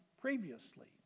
previously